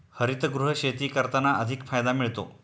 हरितगृह शेती करताना अधिक फायदा मिळतो